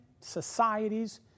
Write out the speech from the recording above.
societies